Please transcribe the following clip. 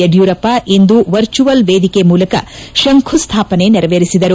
ಯಡಿಯೂರಪ್ಪ ಇಂದು ವರ್ಚುವಲ್ ವೇದಿಕೆ ಮೂಲಕ ಶಂಕುಸ್ನಾಪನೆ ನೆರವೇರಿಸಿದರು